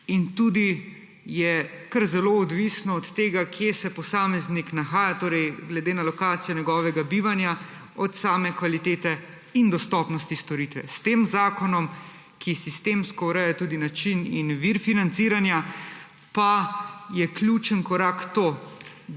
in tudi je kar zelo odvisno od tega, kje se posameznik nahaja, torej glede na lokacijo njegovega bivanja, od same kvalitete in dostopnosti storitve. S tem zakonom, ki sistemsko ureja tudi način in vir financiranja, pa je ključen korak to,